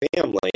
family